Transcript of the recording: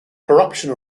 corruption